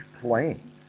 playing